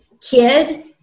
kid